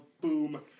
boom